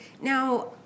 Now